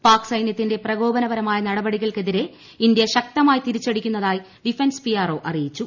പാക് സൈനൃത്തിന്റെ പ്രകോപന പരമായ നടപടികൾക്കെതിരെ ഇന്ത്യ ശക്തമായി തിരിച്ചടിക്കുന്ന തായി ഡിഫൻസ് പി ആർ ഒ അിറയിച്ചു